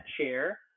chair